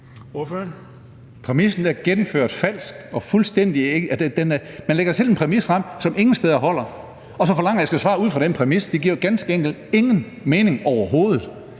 Præmissen er gennemført falsk. Altså, man lægger selv en præmis frem, som ingen steder holder, og så forlanger man, at jeg skal svare ud fra den præmis. Det giver jo ganske enkelt ingen mening overhovedet.